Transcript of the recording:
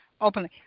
openly